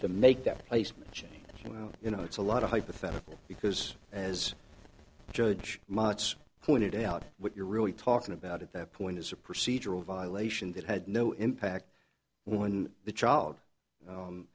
to make that placement change well you know it's a lot of hypothetical because as judge mots pointed out what you're really talking about at that point is a procedural violation that had no impact when the child